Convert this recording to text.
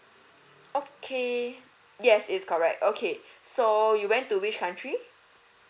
okay yes it's correct okay so you went to which country